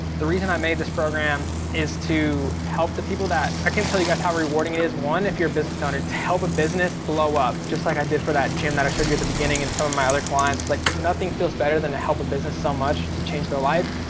the reason i made this program is to help the people that, i can tell you guys how rewarding it is, one if you're a business owner, and to help a business blow up. just like i did for that gym that i showed you at the beginning and some of my other clients. like nothing feels better than to help a business so much to change their life.